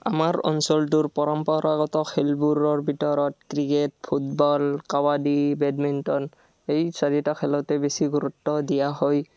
আমাৰ অঞ্চলটোৰ পৰম্পৰাগত খেলবোৰৰ ভিতৰত ক্ৰিকেট ফুটবল কাবাডী বেডমিণ্টন এই চাৰিটা খেলতে বেছি গুৰুত্ব দিয়া হয়